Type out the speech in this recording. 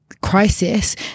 crisis